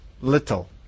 little